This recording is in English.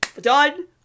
Done